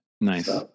nice